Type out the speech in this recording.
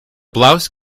blouse